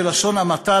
בלשון המעטה,